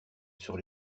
sur